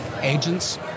agents